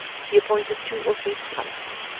he appointed two or three scouts,